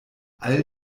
all